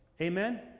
Amen